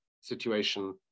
situation